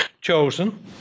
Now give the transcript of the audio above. chosen